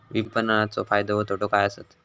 विपणाचो फायदो व तोटो काय आसत?